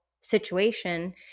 situation